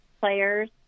players